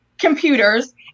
computers